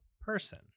person